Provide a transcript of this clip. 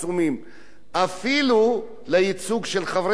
אפילו לייצוג של חברי הכנסת הערבים,